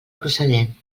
procedent